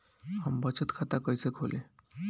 हम बचत खाता कइसे खोलीं?